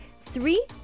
three